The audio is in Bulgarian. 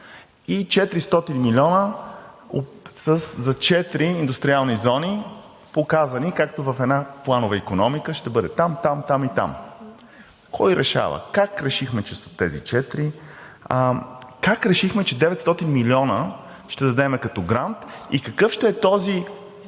и 400 милиона за четири индустриални зони показани, както в една планова икономика – ще бъде там, там и там. Кой решава, как решихме, че са тези четири, как решихме, че 900 милиона ще дадем като грант и какъв ще е този